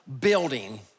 building